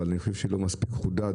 אבל אני חושב שזה לא מספיק חודד,